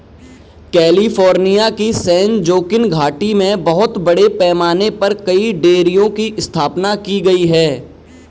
California की San Joaquin घाटी में बहुत बड़े पैमाने पर कई डेयरियों की स्थापना की गई है